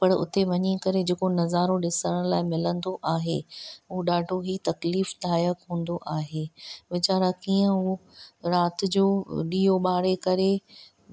पर उते वञी करे जेको नज़ारो ॾिसण लाइ मिलंदो आहे उहो ॾाढो ई तकलीफ़ दायक हूंदो वीचारा कीअं उहे राति जो ॾीओ ॿारे करे